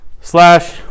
slash